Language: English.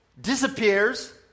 disappears